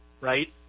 right